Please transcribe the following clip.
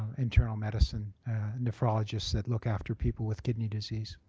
internal medicine nephrologists that look after people with kidney disease.